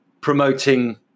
promoting